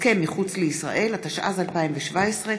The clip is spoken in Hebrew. התשע"ז 2017,